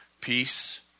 peace